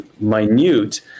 minute